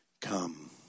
Come